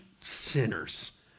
sinners